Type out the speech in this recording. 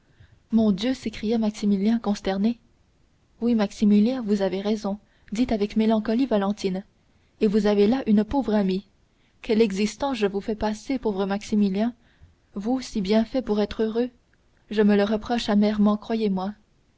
mon dieu s'écria maximilien consterné oui maximilien vous avez raison dit avec mélancolie valentine et vous avez là une pauvre amie quelle existence je vous fais passer pauvre maximilien vous si bien fait pour être heureux je me le reproche amèrement croyez-moi